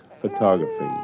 photography